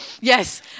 Yes